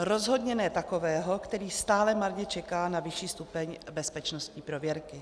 Rozhodně ne takového, který stále marně čeká na vyšší stupeň bezpečnostní prověrky.